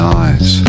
eyes